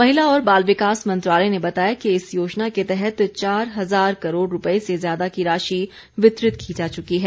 महिला और बाल विकास मंत्रालय ने बताया है कि इस योजना के तहत चार हजार करोड़ रुपए से ज्यादा की राशि वितरित की जा चुकी है